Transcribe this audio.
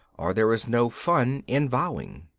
or there is no fun in vowing.